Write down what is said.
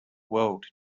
world